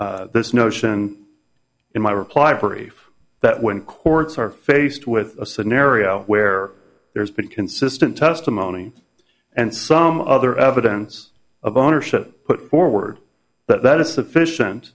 this notion in my reply brief that when courts are faced with a scenario where there has been consistent testimony and some other evidence of ownership put forward but that is sufficient